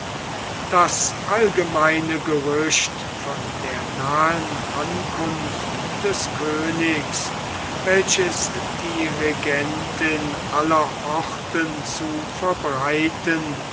das allgemeine gerücht von der nahen ankunft des königs welches die regentin aller orten zu verbreiten